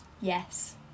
Yes